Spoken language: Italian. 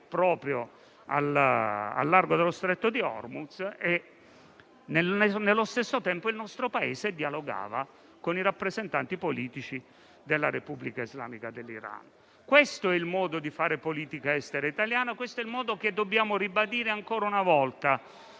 proprio al largo dello Stretto di Hormuz e nello stesso tempo il nostro Paese dialogava con i rappresentanti politici della Repubblica islamica dell'Iran. Questo è il modo italiano di fare politica estera e lo dobbiamo ribadire ancora una volta,